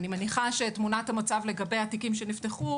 אני מניחה שאת תמונת המצב לגבי התיקים שנפתחו,